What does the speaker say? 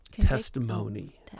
testimony